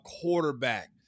quarterback